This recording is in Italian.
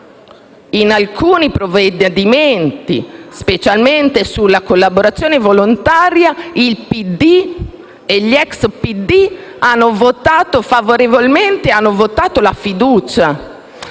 in alcuni provvedimenti, specialmente sulla collaborazione volontaria, il Partito Democratico e gli ex PD hanno votato favorevolmente votando la fiducia.